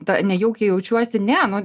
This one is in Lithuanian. ta nejaukiai jaučiuosi ne